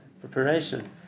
preparation